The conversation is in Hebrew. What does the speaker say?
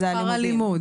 שכר הלימוד.